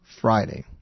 Friday